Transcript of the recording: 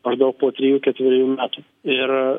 maždaug po trijų ketverių metų ir